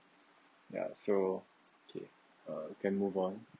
ya so okay uh can move on